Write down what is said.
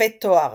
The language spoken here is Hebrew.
ויפה תואר